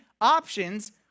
options